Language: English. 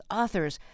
authors